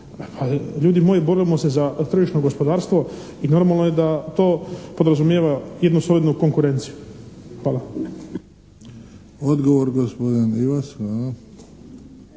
ljudi moji borimo se za tržišno gospodarstvo i normalno je da to podrazumijeva jednu solidnu konkurenciju. Hvala. **Bebić, Luka